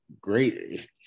great –